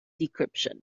decryption